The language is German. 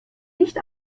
nicht